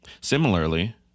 Similarly